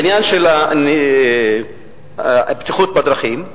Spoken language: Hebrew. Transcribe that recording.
העניין של הבטיחות בדרכים,